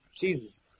Jesus